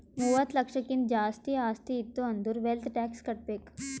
ಮೂವತ್ತ ಲಕ್ಷಕ್ಕಿಂತ್ ಜಾಸ್ತಿ ಆಸ್ತಿ ಇತ್ತು ಅಂದುರ್ ವೆಲ್ತ್ ಟ್ಯಾಕ್ಸ್ ಕಟ್ಬೇಕ್